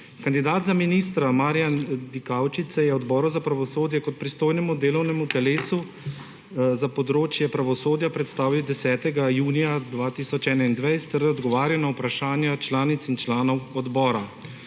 Kandidat za ministra Marjan Dikaučič se je Odboru za pravosodje kot pristojnemu delovnemu telesu za področje pravosodja predstavil 10. junija 2021 ter odgovarjal na vprašanja članic in članov odbora.